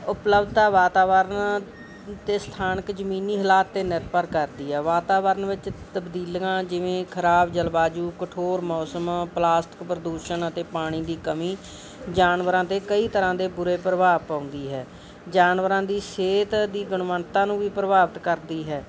ਉਪਲੱਬਤਾ ਵਾਤਾਵਰਨ 'ਤੇ ਸਥਾਨਕ ਜਮੀਨੀ ਹਾਲਾਤ 'ਤੇ ਨਿਰਭਰ ਕਰਦੀ ਹੈ ਵਾਤਾਵਰਨ ਵਿੱਚ ਤਬਦੀਲੀਆਂ ਜਿਵੇਂ ਖਰਾਬ ਜਲਵਾਯੂ ਕਠੋਰ ਮੌਸਮ ਪਲਾਸਟਿਕ ਪ੍ਰਦੂਸ਼ਣ ਅਤੇ ਪਾਣੀ ਦੀ ਕਮੀ ਜਾਨਵਰਾਂ 'ਤੇ ਕਈ ਤਰ੍ਹਾਂ ਦੇ ਬੁਰੇ ਪ੍ਰਭਾਵ ਪਾਉਂਦੀ ਹੈ ਜਾਨਵਰਾਂ ਦੀ ਸਿਹਤ ਦੀ ਗੁਣਵੰਤਾਂ ਨੂੰ ਵੀ ਪ੍ਰਭਾਵਿਤ ਕਰਦੀ ਹੈ